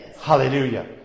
Hallelujah